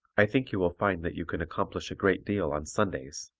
i think you will find that you can accomplish a great deal on sundays.